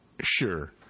sure